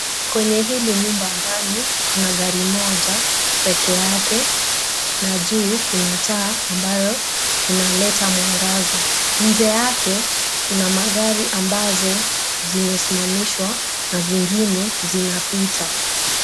Kwenye hili nyumba ndani kuna gari moja peke yake na juu kuna taa ambayo inaleta mwangaza. Nje yake kuna magari ambazo zimesimamishwa na zingine zinapita.